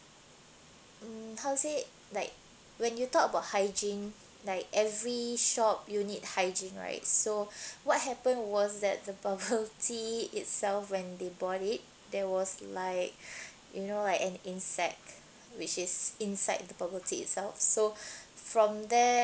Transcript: mm how to say like when you talk about hygiene like every shop unit hygiene right so what happen was that the bubble tea itself when they bought it there was like you know like an insect which is inside the bubble tea itself so from there